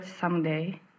someday